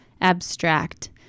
abstract